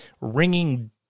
ringing